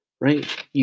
Right